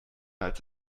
als